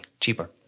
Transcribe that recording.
cheaper